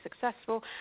successful